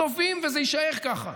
וזה יישאר ככה.